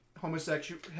homosexual